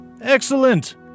Excellent